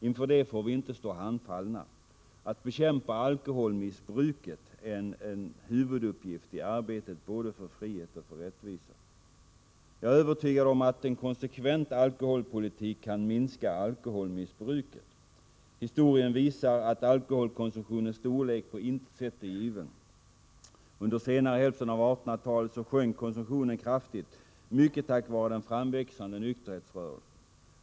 Inför det får vi inte stå handfallna. Att bekämpa alkoholmissbruket är en huvuduppgift i arbetet både för frihet och för rättvisa. Jag är övertygad om att en konsekvent alkoholpolitik kan minska alkoholmissbruket. Historien visar att alkoholkonsumtionens storlek på intet sätt är given. Under senare hälften av 1800-talet sjönk konsumtionen kraftigt, mycket tack vare den framväxande nykterhetsrörelsen.